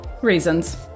reasons